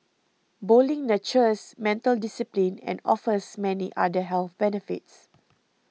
bowling nurtures mental discipline and offers many other health benefits